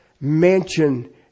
mansion